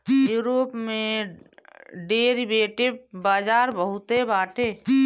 Europe में derivative बाजार बहुते बाटे